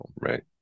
Right